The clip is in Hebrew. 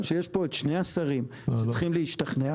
שיש פה את שני השרים שצריכים להשתכנע,